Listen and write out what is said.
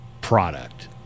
product